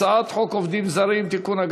הצעת חוק עובדים זרים (תיקון,